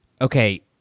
okay